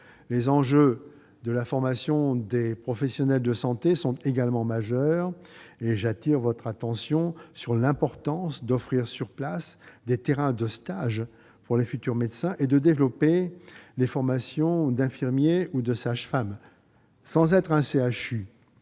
Les enjeux de la formation des professionnels de santé sont également majeurs. J'appelle votre attention, monsieur le secrétaire d'État, sur l'importance d'offrir sur place des terrains de stage aux futurs médecins et de développer les formations d'infirmier et de sage-femme. Sans être un CHU,